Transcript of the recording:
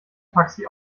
taxi